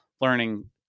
learning